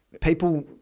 people